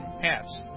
hats